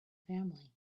family